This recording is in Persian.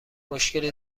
مشکلی